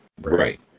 Right